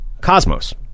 cosmos